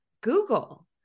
Google